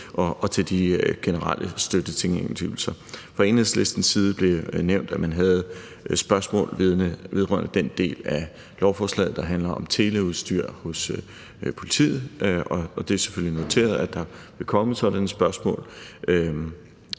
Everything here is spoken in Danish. tager jeg selvfølgelig også imod. Fra Enhedslistens side blev nævnt, at man havde spørgsmål vedrørende den del af lovforslaget, der handler om teleudstyr hos politiet, og det er selvfølgelig noteret, at der vil komme sådanne spørgsmål.